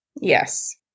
Yes